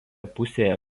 pusėje